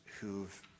who've